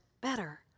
better